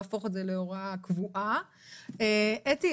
יהפוך את זה להוראה קבועה - אתי,